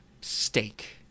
steak